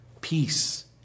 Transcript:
peace